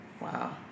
Wow